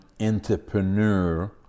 entrepreneur